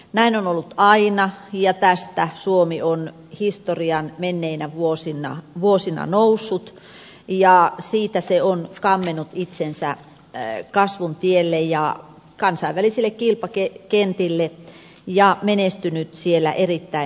näin on ollut aina ja tästä suomi on historian menneinä vuosina noussut ja siitä se on kammennut itsensä kasvun tielle ja kansainvälisille kilpakentille ja menestynyt siellä erittäin hyvin